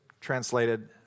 translated